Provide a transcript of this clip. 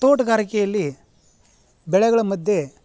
ತೋಟಗಾರಿಕೆಯಲ್ಲಿ ಬೆಳೆಗಳ ಮಧ್ಯೆ